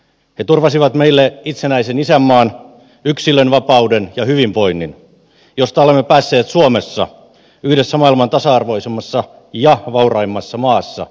he turvasivat meille itsenäisen isänmaan yksilönvapauden ja hyvinvoinnin josta olemme päässeet suomessa yhdessä maailman tasa arvoisimmista ja vauraimmista maista nauttimaan